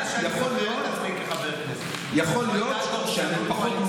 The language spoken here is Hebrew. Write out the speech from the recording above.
מאז שאני זוכר את עצמי כחבר כנסת הייתה דורסנות קואליציונית,